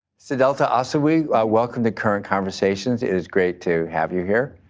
sedelta ah oosahwee welcome to current conversations. it is great to have you here.